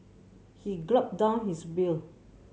he gulped down his beer